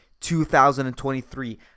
2023